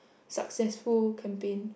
successful campaign